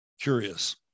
curious